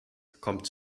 bekommt